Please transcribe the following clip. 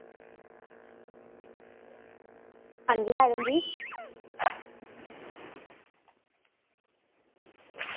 अंजी मैडम जी